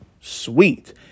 Sweet